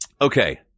Okay